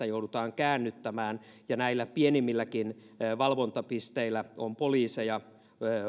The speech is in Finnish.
joudutaan käännyttämään ja näillä pienimmilläkin valvontapisteillä on